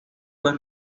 una